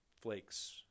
flakes